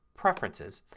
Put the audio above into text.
preferences,